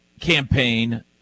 campaign